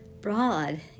broad